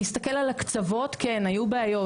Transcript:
להסתכל על הקצוות, כן, היו בעיות.